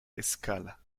escala